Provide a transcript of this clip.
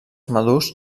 madurs